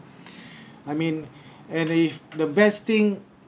I mean and if the best thing